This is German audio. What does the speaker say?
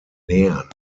nähern